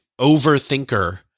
overthinker